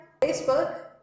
facebook